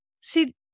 See